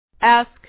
Ask